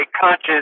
conscious